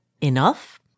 enough